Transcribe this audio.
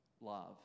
love